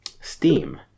Steam